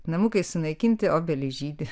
namukai sunaikinti obelys žydi